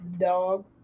dog